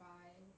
try